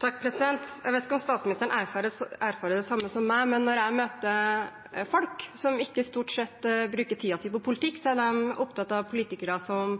Jeg vet ikke om statsministeren erfarer det samme som meg, men når jeg møter folk som ikke stort sett bruker tiden sin på politikk, så er de opptatt av politikere som